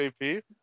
AP